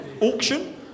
Auction